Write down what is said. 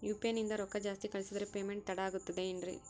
UPI ನಿಂದ ರೊಕ್ಕ ಜಾಸ್ತಿ ಕಳಿಸಿದರೆ ಪೇಮೆಂಟ್ ತಡ ಆಗುತ್ತದೆ ಎನ್ರಿ?